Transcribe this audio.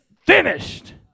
finished